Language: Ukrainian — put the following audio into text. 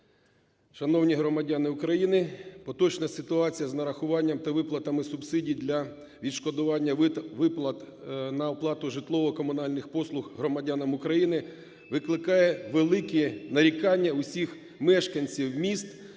Шановні громадяни України, поточна ситуація з нарахуванням та виплатами субсидій для відшкодування виплат на оплату житлово-комунальних послуг громадянам України викликає велике нарікання усіх мешканців міст